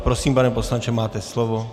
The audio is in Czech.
Prosím, pane poslanče, máte slovo.